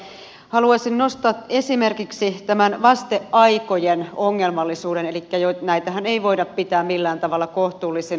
mutta haluaisin nostaa esimerkiksi tämän vasteaikojen ongelmallisuuden näitähän ei voida pitää millään tavalla kohtuullisina